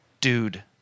dude